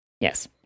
Yes